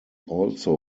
also